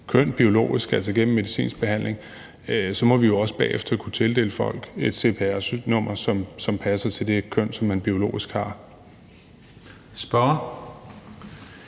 man biologisk har skiftet køn gennem medicinsk behandling, må vi også bagefter kunne tildele vedkommende et cpr-nummer, som passer til det køn, som man biologisk har. Kl.